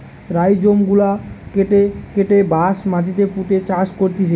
rhizome গুলা কেটে কেটে বাঁশ মাটিতে পুঁতে চাষ করতিছে